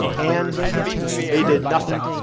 and they did nothing.